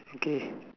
okay